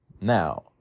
Now